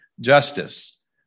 justice